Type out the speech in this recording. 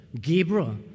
Gabriel